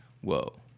whoa